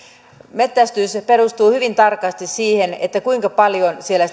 metsästys perustuu hyvin tarkasti siihen kuinka paljon siellä